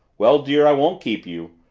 well, dear, i won't keep you.